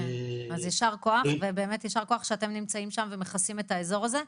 אז יישר כוח ובאמת יישר כוח שאתם נמצאים שם ומכסים את האזור הזה.